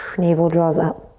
navel draws up.